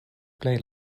plej